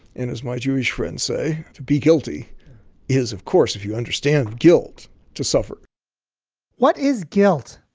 and as my jewish friends say, to be guilty is, of course, if you understand guilt to suffer what is guilt,